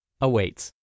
awaits